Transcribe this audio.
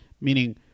meaning